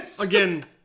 Again